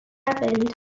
happened